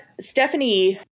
Stephanie